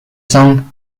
song